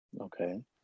Okay